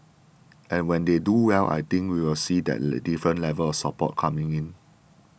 and when they do well I think we will see that different level of support coming in